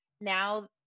now